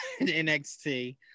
NXT